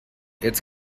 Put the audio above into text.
its